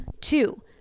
Two